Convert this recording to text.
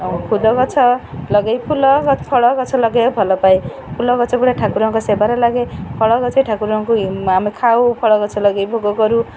ଆଉ ଫୁଲ ଗଛ ଲଗେଇ ଫୁଲଫଳ ଗଛ ଲଗେଇବା ଭଲପାଏ ଫୁଲ ଗଛ ଗୁଡ଼ାଏ ଠାକୁରଙ୍କ ସେବାରେ ଲାଗେ ଫଳ ଗଛ ଠାକୁରଙ୍କୁ ଆମେ ଖାଉ ଫଳ ଗଛ ଲଗେଇ ଭୋଗ କରୁ